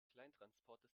kleintransporter